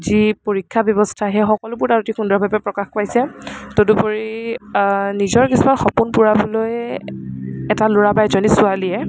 যি পৰীক্ষা ব্য়ৱস্থা সেই সকলোবোৰ তাত সুন্দৰভাৱে প্ৰকাশ পাইছে তদুপৰি নিজৰ কিছুমান সপোন পূৰাবলৈ এটা ল'ৰা বা এজনী ছোৱালীয়ে